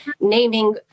naming